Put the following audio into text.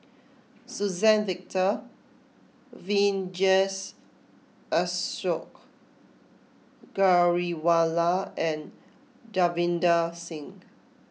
Suzann Victor Vijesh Ashok Ghariwala and Davinder Singh